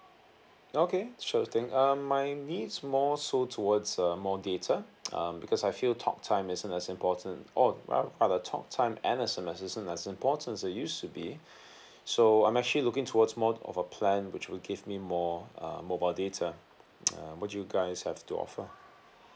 okay sure thing um my needs more so towards uh more data um because I feel talk time isn't as important or um rather talk time and S_M_S isn't important as it used to be so I'm actually looking towards more of a plan which will give me more um mobile data um what you guys have to offer